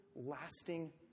lasting